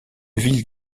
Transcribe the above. ville